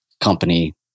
company